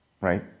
Right